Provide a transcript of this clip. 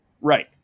Right